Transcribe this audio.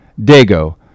Dago